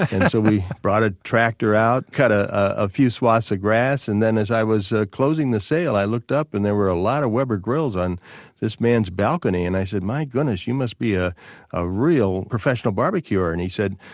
so we brought a tractor out, cut a a few swaths of grass and then, as i was closing the sale, i looked up and there were a lot of weber grills on this man's balcony. and i said, my goodness, you must be a a real professional barbecuer. and he said,